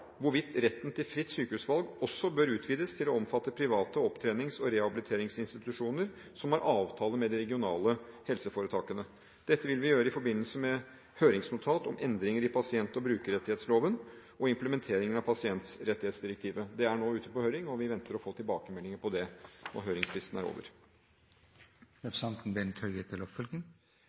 hvorvidt retten til fritt sykehusvalg også bør utvides til å omfatte private opptrenings- og rehabiliteringsinstitusjoner som har avtale med de regionale helseforetakene. Dette vil vi gjøre i forbindelse med høringsnotat om endringer i pasient- og brukerrettighetsloven og implementering av pasientrettighetsdirektivet. Det er nå ute på høring, og vi venter tilbakemeldinger på det når høringsfristen er over.